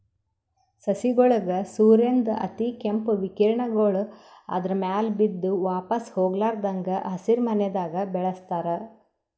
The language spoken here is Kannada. ಸಸಿಗೋಳಿಗ್ ಸೂರ್ಯನ್ದ್ ಅತಿಕೇಂಪ್ ವಿಕಿರಣಗೊಳ್ ಆದ್ರ ಮ್ಯಾಲ್ ಬಿದ್ದು ವಾಪಾಸ್ ಹೊಗ್ಲಾರದಂಗ್ ಹಸಿರಿಮನೆದಾಗ ಬೆಳಸ್ತಾರ್